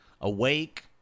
awake